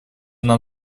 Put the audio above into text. нам